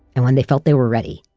and when they felt they were ready,